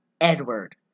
Edward